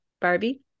Barbie